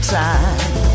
time